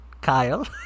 Kyle